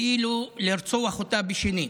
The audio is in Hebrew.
כאילו לרצוח אותה בשנית,